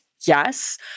Yes